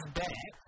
back